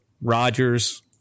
Rodgers